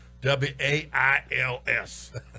w-a-i-l-s